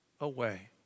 away